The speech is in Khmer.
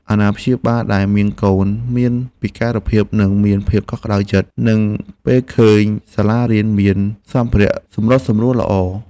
អាណាព្យាបាលដែលមានកូនមានពិការភាពនឹងមានភាពកក់ក្តៅចិត្ត នៅពេលឃើញសាលារៀនមានសម្ភារៈសម្របសម្រួលល្អ។